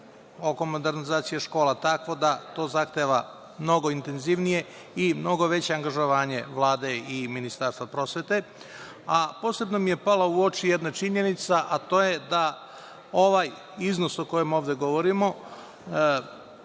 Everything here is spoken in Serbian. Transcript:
oko modernizacije škola takvo da to zahteva mnogo intenzivnije i mnogo veće angažovanje Vlade i Ministarstva prosvete. Posebno mi je pala u oči jedna činjenica, a to je da ovaj iznos o kojem ovde govorimo